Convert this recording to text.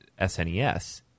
SNES